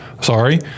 Sorry